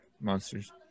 monsters